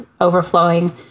overflowing